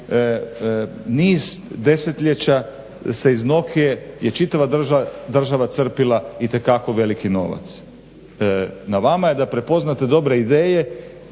niz desetljeća se iz Nokia-e čitava država crpila itekako veliki novac. Na vama je da prepoznate dobre ideje,